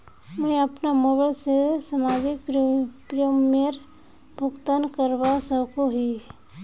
मुई अपना मोबाईल से मासिक प्रीमियमेर भुगतान करवा सकोहो ही?